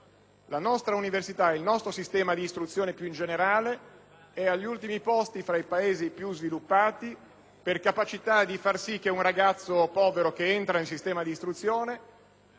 Lanostra università - e il nostro sistema di istruzione in generale - è agli ultimi posti tra i Paesi più sviluppati per capacità di far sì che un ragazzo povero che entra nel sistema di istruzione